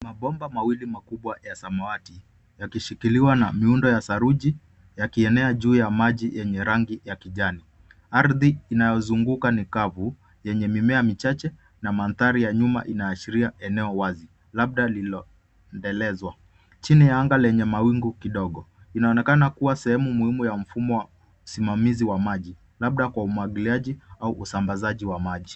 Mabomba mawili makubwa ya samawati, yakishiliwa na miundo ya saruji yakienea juu ya maji yenye rangi ya kijani. Ardhi inayozunguka ni kavu, yenye mimea michache, na mandhari ya nyuma inaashiria eneo wazi, labda lililoendelezwa, chini ya anga yenye mawingu kidogo. Inaonekana kuwa sehemu muhimu ya mfumo wa usimamizi wa maji. Labda kwa umwagiliaji au usambazaji wa maji.